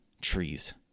trees